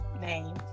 name